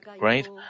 right